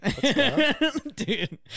dude